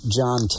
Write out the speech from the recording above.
John